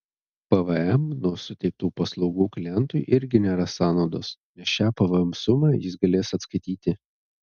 pvm nuo suteiktų paslaugų klientui irgi nėra sąnaudos nes šią pvm sumą jis galės atskaityti